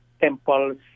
temples